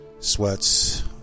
Sweats